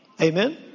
Amen